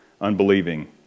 unbelieving